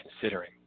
considering